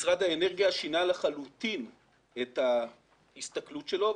משרד האנרגיה שינה לחלוטין את ההסתכלות שלו,